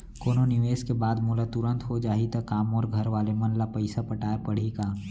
कोनो निवेश के बाद मोला तुरंत हो जाही ता का मोर घरवाले मन ला पइसा पटाय पड़ही का?